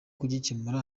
kugikemura